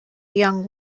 young